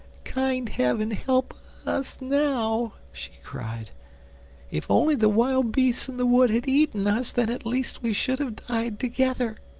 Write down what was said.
kind heaven help us now! she cried if only the wild beasts in the wood had eaten us, then at least we should have died together.